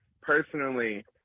personally